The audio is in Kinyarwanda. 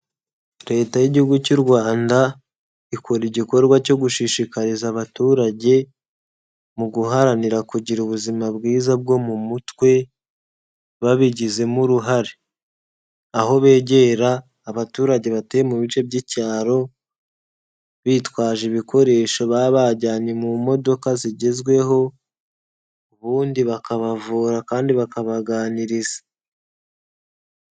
Leta y'igihugu cy'u Rwanda ikora igikorwa cyo gushishikariza abaturage mu guharanira kugira ubuzima bwiza bwo mu mutwe, babigizemo uruhare aho begera abaturage batuye mu bice by'icyaro, bitwaje ibikoresho baba bajyanye mu modoka zigezweho, ubundi bakabavura kandi bakabaganiriza.